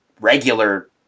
regular